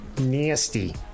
Nasty